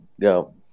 go